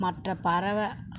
மற்ற பறவை